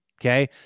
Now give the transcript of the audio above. Okay